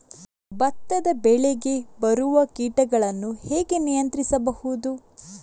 ಭತ್ತದ ಬೆಳೆಗೆ ಬರುವ ಕೀಟಗಳನ್ನು ಹೇಗೆ ನಿಯಂತ್ರಿಸಬಹುದು?